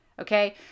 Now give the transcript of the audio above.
Okay